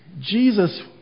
Jesus